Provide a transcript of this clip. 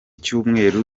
cyumweru